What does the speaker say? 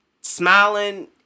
smiling